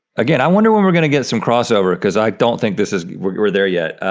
again, i wonder when we're going to get some crossover, because i don't think this is, we're we're there yet.